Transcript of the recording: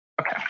Okay